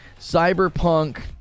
cyberpunk